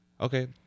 Okay